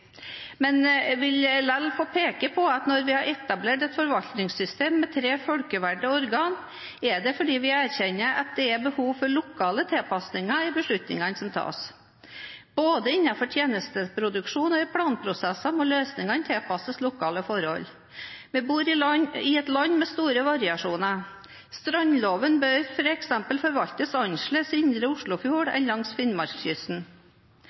men jeg vil likevel få peke på at når vi har etablert et forvaltningssystem med tre folkevalgte organ, er det fordi vi erkjenner at det er behov for lokale tilpassinger i beslutningene som tas. Både innenfor tjenesteproduksjon og i planprosesser må løsningene tilpasses lokale forhold. Vi bor i et land med store variasjoner. Strandloven bør f.eks. forvaltes annerledes i Indre Oslofjord enn langs Finnmarkskysten.